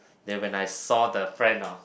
then when I saw the friend hor